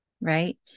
right